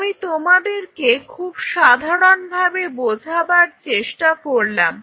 আমি তোমাদেরকে খুব সাধারন ভাবে বোঝাবার চেষ্টা করলাম